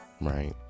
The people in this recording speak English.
right